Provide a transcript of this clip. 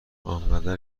انقدر